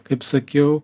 kaip sakiau